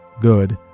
good